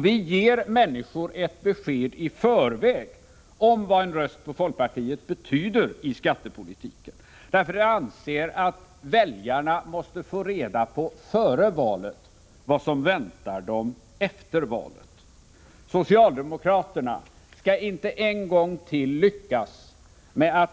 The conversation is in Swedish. Vi ger i förväg människorna ett besked om vad en röst på folkpartiet betyder i skattepolitiken. Vi anser att väljarna före valet måste få reda på vad som väntar dem efter valet. Socialdemokraterna skall inte en gång till lyckas med att